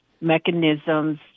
mechanisms